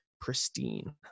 pristine